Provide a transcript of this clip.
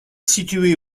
située